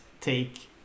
take